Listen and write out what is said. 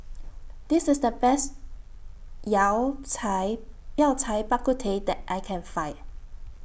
This IS The Best Yao Cai Yao Cai Bak Kut Teh that I Can Find